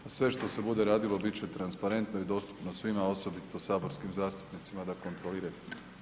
A sve što se bude radilo bit će transparentno i dostupno svima osobito saborskim zastupnicima da kontroliraju.